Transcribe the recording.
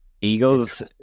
Eagles